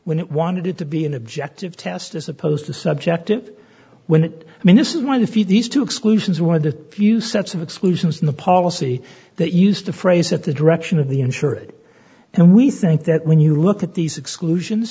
when it wanted it to be an objective test as opposed to subjective when it i mean this is one of the few these two exclusions one of the few sets of exclusions in the policy that used the phrase at the direction of the insurer it and we think that when you look at these exclusion